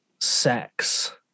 sex